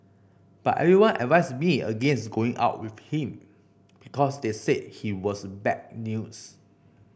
but everyone advised me against going out with him because they said he was bad news